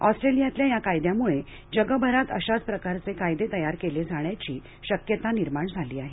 ऑस्ट्रेलियातल्या या कायद्यामुळं जगभरात अशाच प्रकारचे कायदे तयार केले जाण्याची शक्यता निर्माण झाली आहे